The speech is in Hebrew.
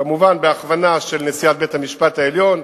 כמובן, בהכוונה של נשיאת בית-המשפט העליון.